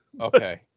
okay